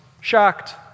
shocked